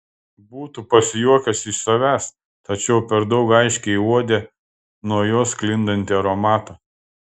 būtų pasijuokęs iš savęs tačiau per daug aiškiai uodė nuo jos sklindantį aromatą